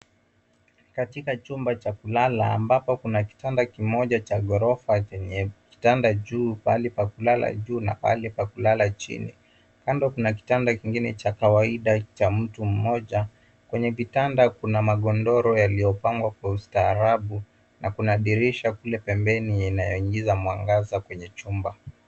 Katika chumba cha kulala ambapo kuna kitanda kimoja cha ghorofa chenye kitanda juu pahali pa kulala juu na pahali pa kulala chini. Kando kuna kitanda kingine cha kawaida cha mtu mmoja. Kwenye kitanda kuna magodoro yaliyopangwa kwa ustaarabu na kuna dirisha kule pembeni inayoingiza mwangaza kwenye chumba.